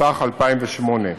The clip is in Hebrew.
התשס"ח 2008,